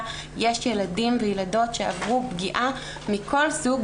יש ילדים וילדות שעברו פגיעה מכל סוג,